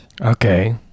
Okay